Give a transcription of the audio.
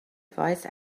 voice